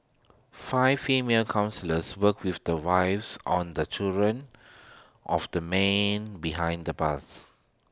five female counsellors worked with the wives on the children of the men behind the bars